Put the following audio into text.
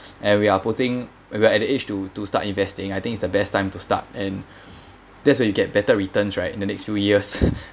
and we are putting where we are at the age to to start investing I think it's the best time to start and that's when you get better returns right in the next few years